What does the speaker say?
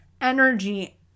energy